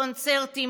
קונצרטים,